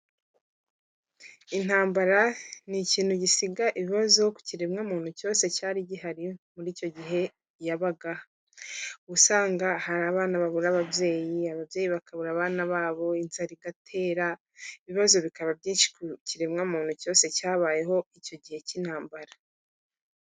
Intambara ni ikintu gisiga ibibazo ku kiremwa muntucyose cyari gihari muri icyo gihe yabaga, usanga hari abana babura ababyeyi ababyeyi bakabura abana babo inzara igatera, ibibazo bikaba byinshi ku kiremwamuntu cyose cyabayeho icyo gihe k'intambara.